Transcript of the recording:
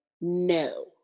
no